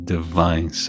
Divine